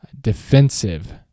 defensive